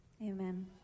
Amen